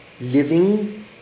living